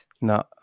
No